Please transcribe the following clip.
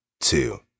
two